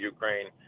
Ukraine